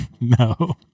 No